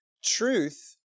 Truth